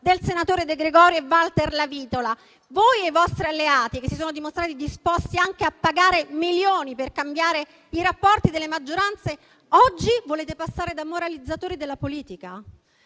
del senatore De Gregorio e Valter Lavitola. Voi e i vostri alleati, che si sono dimostrati disposti anche a pagare milioni per cambiare i rapporti delle maggioranze, oggi volete passare da moralizzatori della politica?